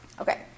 Okay